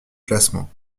classement